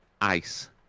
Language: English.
ice